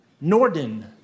Norden